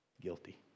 guilty